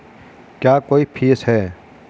क्या कोई फीस है?